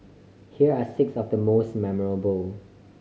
here are six of the most memorable